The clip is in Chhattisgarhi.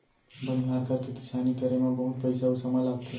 बनिहार करके किसानी करे म बहुत पइसा अउ समय लागथे